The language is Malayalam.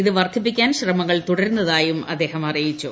ഇത് വർദ്ധിപ്പിക്കാൻ ശ്രമങ്ങൾ തുടരുന്നതായും ആദ്ദേഹം അറിയിച്ചു